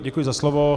Děkuji za slovo.